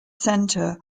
centre